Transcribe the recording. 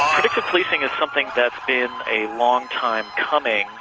predictive policing is something that's been a long time coming,